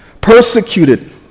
Persecuted